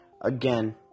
again